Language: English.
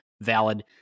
valid